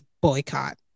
boycott